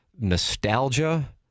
nostalgia-